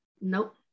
Nope